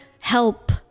help